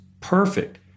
perfect